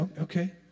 Okay